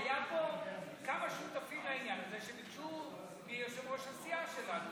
היו פה כמה שותפים לעניין הזה שביקשו מיושב-ראש הסיעה שלנו,